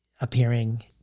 appearing